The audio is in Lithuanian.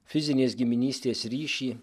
fizinės giminystės ryšį